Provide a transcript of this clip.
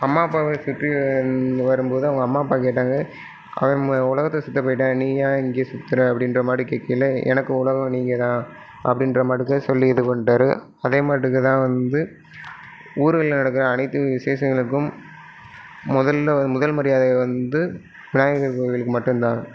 அம்மா அப்பாவை சுற்றி வந் வரும்போதுதான் அவங்க அம்மா அப்பா கேட்டாங்க அவன் ம உலகத்தை சுற்ற போய்விட்டான் நீ ஏன் இங்கேயே சுற்றுற அப்படின்ற மாதிரி கேட்கையில எனக்கு உலகம் நீங்கள் தான் அப்படின்ற மாட்டுக்கு சொல்லி இது பண்ணிடாரு அதே மாட்டுக்கே தான் வந்து ஊரில் நடக்கிற அனைத்து விசேஷங்களுக்கும் முதல்ல முதல் மரியாதை வந்து விநாயகர் கோவிலுக்கு மட்டும்தான்